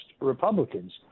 Republicans